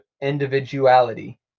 individuality